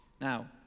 Now